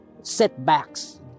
setbacks